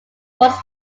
was